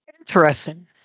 Interesting